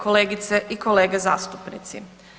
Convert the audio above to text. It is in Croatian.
Kolegice i kolege zastupnici.